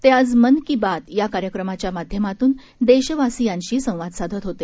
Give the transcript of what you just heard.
ते आज मन की बात या कार्यक्रमाच्या माध्यमातून देशवाशीयांशी संवाद साधत होते